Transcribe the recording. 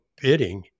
bidding